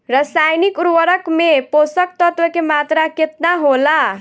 रसायनिक उर्वरक मे पोषक तत्व के मात्रा केतना होला?